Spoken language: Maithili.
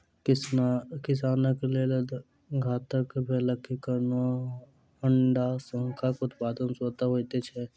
किसानक लेल घातक भेलाक कारणेँ हड़ाशंखक उत्पादन स्वतः होइत छै